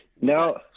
no